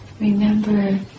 Remember